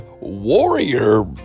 warrior